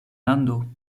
lando